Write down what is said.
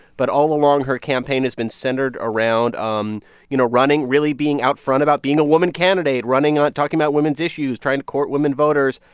but all along, her campaign has been centered around, um you know, running really being out front about being a woman candidate, running on talking about women's issues, trying to court women voters.